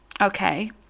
okay